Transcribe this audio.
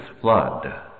flood